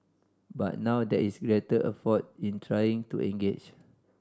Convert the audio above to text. but now there is greater effort in trying to engage